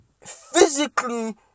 physically